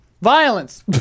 Violence